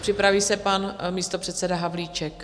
Připraví se pan místopředseda Havlíček.